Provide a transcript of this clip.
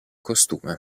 costume